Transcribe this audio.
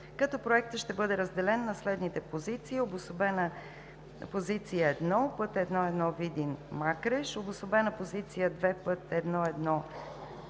като Проектът ще бъде разделен на следните позиции: обособена позиция 1 – път 1-1 Видин – Макреш; обособена позиция 2 – път 1-1 пътен възел